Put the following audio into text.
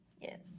yes